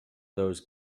those